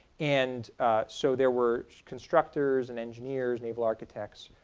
and so there were constructors, and engineers, naval architects,